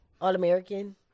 All-American